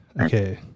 okay